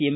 M